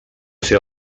ser